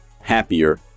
happier